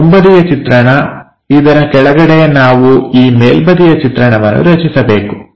ಇದು ಮುಂಬದಿಯ ಚಿತ್ರಣ ಇದರ ಕೆಳಗಡೆ ನಾವು ಈ ಮೇಲ್ಬದಿಯ ಚಿತ್ರಣವನ್ನು ರಚಿಸಬೇಕು